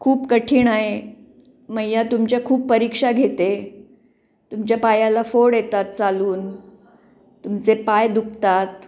खूप कठीण आहे मैया तुमच्या खूप परीक्षा घेते तुमच्या पायाला फोड येतात चालून तुमचे पाय दुखतात